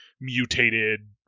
mutated